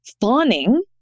Fawning